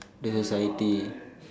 the society